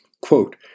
Quote